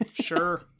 Sure